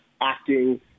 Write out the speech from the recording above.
acting